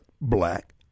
Black